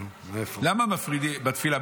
למה מפרידים בתפילה?